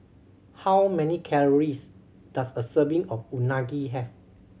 how many calories does a serving of Unagi have